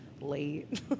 late